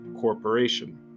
corporation